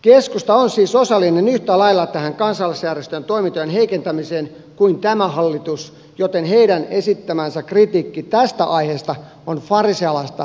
keskusta on siis yhtä lailla osallinen tähän kansalaisjärjestöjen toimintojen heikentämiseen kuin tämä hallitus joten heidän esittämänsä kritiikki tästä aiheesta on farisealaista höpinää